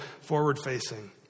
forward-facing